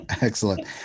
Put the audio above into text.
Excellent